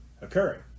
occurring